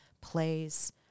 plays